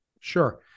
Sure